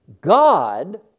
God